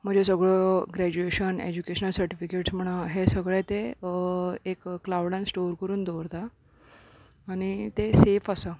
म्हजो सगळ्यो graduation educational certificates म्हणा हे सगळें ते एक क्लावडान स्टोर करून दवरता आनी तें सेफ आसा